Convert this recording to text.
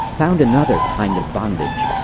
found another kind of bondage.